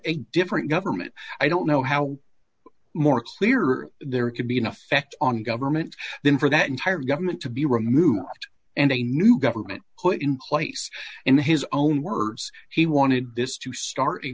a different government i don't know how more clearer there could be an effect on government than for that entire government to be removed and a new government put in place in his own words he wanted this to start a